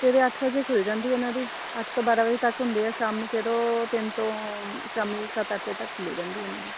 ਸਵੇਰੇ ਅੱਠ ਵਜੇ ਖੁੱਲ੍ਹ ਜਾਂਦੀ ਉਹਨਾਂ ਦੀ ਅੱਠ ਤੋਂ ਬਾਰ੍ਹਾਂ ਵਜੇ ਤੱਕ ਹੁੰਦੇ ਆ ਸ਼ਾਮ ਨੂੰ ਫਿਰ ਉਹ ਤਿੰਨ ਤੋਂ ਸ਼ਾਮੀ ਸੱਤ ਅੱਠ ਵਜੇ ਤੱਕ ਖੁੱਲ੍ਹ ਜਾਂਦੀ ਉਹਨਾਂ ਦੀ